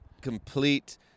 complete